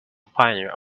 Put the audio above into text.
pioneer